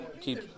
keep